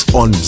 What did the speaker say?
on